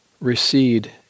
recede